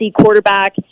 quarterback